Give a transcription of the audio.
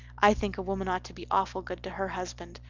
i think a woman ought to be awful good to her husband.